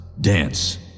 dance